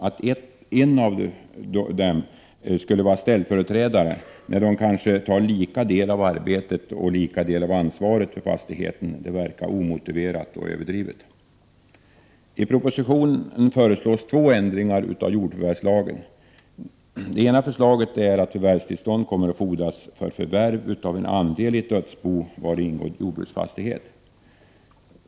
Att en av dem skulle vara ställföreträdare när de kanske tar lika del av både arbetet och ansvaret för fastigheten verkar omotiverat och överdrivet. I propositionen föreslås två ändringar av jordförvärvslagen. Det ena förslaget är att förvärvstillstånd fordras för förvärv av en andel i ett dödsbo vari ingår jordbruksfastighet.